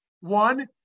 One